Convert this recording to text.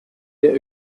der